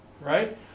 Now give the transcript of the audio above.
right